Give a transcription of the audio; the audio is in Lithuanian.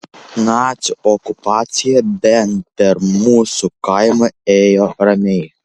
nacių okupacija bent per mūsų kaimą ėjo ramiai